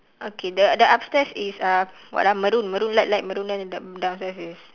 okay the the upstairs is uh what ah maroon maroon light light maroon then down~ downstairs is